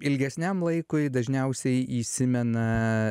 ilgesniam laikui dažniausiai įsimena